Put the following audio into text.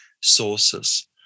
sources